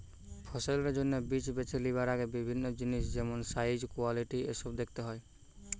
ফসলের জন্যে বীজ বেছে লিবার আগে বিভিন্ন জিনিস যেমন সাইজ, কোয়ালিটি এসোব দেখতে হয়